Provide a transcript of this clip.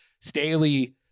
Staley